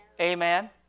Amen